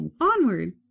Onward